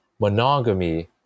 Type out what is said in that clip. monogamy